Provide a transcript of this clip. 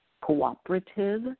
cooperative